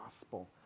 gospel